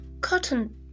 cotton